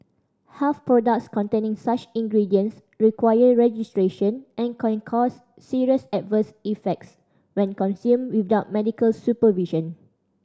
health products containing such ingredients require registration and can cause serious adverse effects when consumed without medical supervision